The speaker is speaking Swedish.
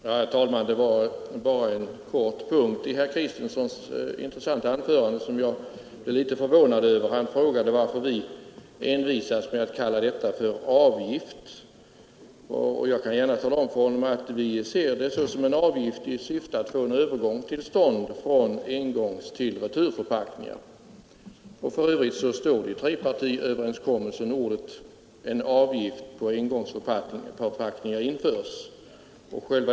Herr talman! Det var bara en punkt i herr Kristensons intressanta anförande som jag blev litet förvånad över. Han frågade varför vi envisades med att kalla detta för avgift. Jag vill gärna tala om för honom att vi ser det som en avgift i syfte att få en övergång till stånd från engångstill returförpackningar. För övrigt används ordet ”avgift” i trepartiöverenskommelsen, där det sägs att avgift på engångsförpackningar införs.